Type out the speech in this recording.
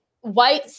white